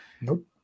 Nope